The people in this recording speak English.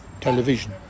television